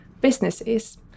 businesses